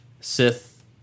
Sith